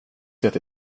det